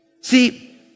See